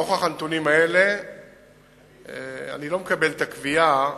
נוכח הנתונים האלה אני לא מקבל את הקביעה